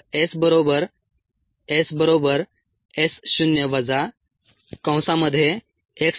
तर s बरोबर SS0 x